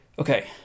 Okay